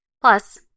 Plus